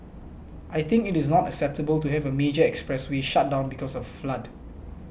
I think it is not acceptable to have a major expressway shut down because of a flood